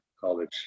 college